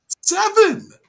Seven